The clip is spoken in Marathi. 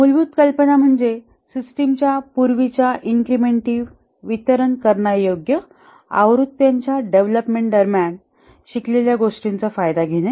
मूलभूत कल्पना म्हणजे सिस्टिमच्या पूर्वीच्या इन्क्रिमेंटीव वितरण करण्यायोग्य आवृत्त्यांच्या डेव्हलपमेंट दरम्यान शिकलेल्या गोष्टींचा फायदा घेणे